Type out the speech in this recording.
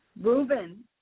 Reuben